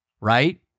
right